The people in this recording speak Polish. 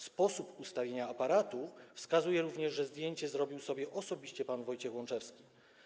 Sposób ustawienia aparatu wskazuje również, że zdjęcie zrobił sobie osobiście pan Wojciech Łączewski.